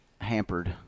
hampered